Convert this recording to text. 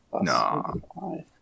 no